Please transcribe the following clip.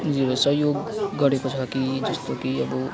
सहयोग गरेको छ कि जस्तो कि अब